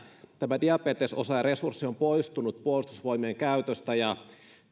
tämä diabetesosaajaresurssi on poistunut puolustusvoimien käytöstä